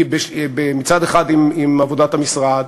מצד אחד, עם עבודת המשרד,